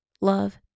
love